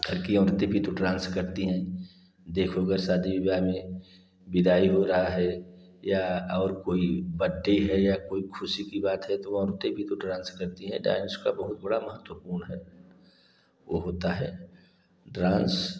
घर की औरतें भी तो डांस करती हैं देखो अगर शादी ब्याह में बिदाई हो रहा है या और कोई बर्थडे है या कोई खुशी की बात है तो औरतें भी तो डांस करती हैं डांस का बहुत बड़ा महत्वपूर्ण है वो होता है डांस